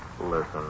Listen